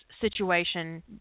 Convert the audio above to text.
situation